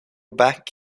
back